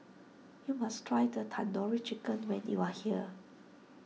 you must try the Tandoori Chicken when you are here